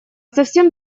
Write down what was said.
совсем